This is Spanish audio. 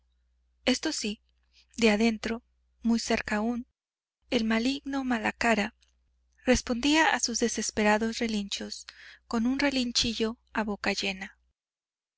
esto sí de adentro muy cerca aún el maligno malacara respondía a sus desesperados relinchos con un relinchillo a boca llena